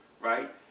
right